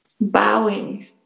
Bowing